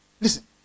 Listen